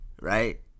right